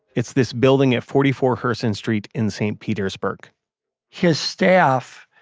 it's this building at forty four herson street in st. petersburg his staff